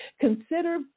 Consider